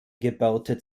gebaute